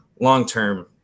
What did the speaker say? long-term